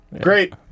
Great